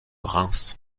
reims